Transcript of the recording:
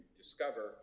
discover